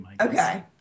Okay